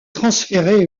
transféré